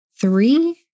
three